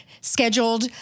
scheduled